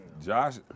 Josh